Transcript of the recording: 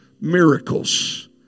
miracles